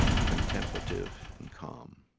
contemplative, and calm.